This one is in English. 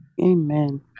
Amen